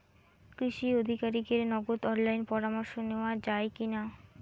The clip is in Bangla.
কৃষি আধিকারিকের নগদ অনলাইন পরামর্শ নেওয়া যায় কি না?